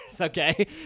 okay